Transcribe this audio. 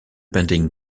pending